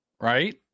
Right